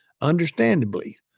Understandably